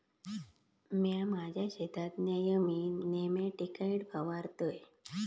म्या माझ्या शेतात नेयमी नेमॅटिकाइड फवारतय